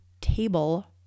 table